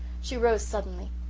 she rose suddenly.